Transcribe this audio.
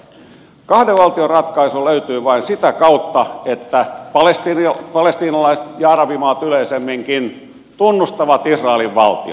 kahden valtion ratkaisu löytyy vain sitä kautta että palestiinalaiset ja arabimaat yleisemminkin tunnustavat israelin valtion